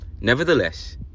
Nevertheless